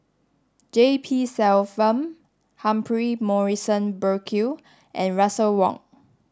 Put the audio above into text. G P Selvam Humphrey Morrison Burkill and Russel Wong